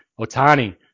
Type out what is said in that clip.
Otani